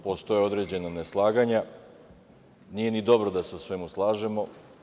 Postoje određena neslaganja, nije ni dobro da se u svemu slažemo.